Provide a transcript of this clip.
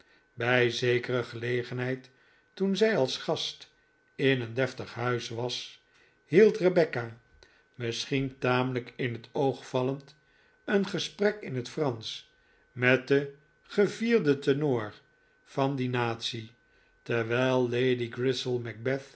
bij zekere gelegenheid toen zij als gast in een deftig huis was hield rebecca misschien tamelijk in het oog vallend een gesprek in het fransch met den gevierden tenor van die natie terwijl lady grizzel